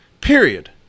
period